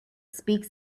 speaks